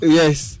yes